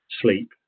sleep